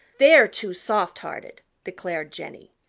they're too soft-hearted, declared jenny.